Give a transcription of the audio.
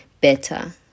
better